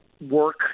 work